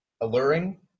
alluring